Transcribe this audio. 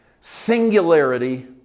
singularity